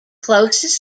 closest